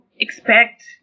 expect